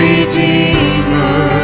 Redeemer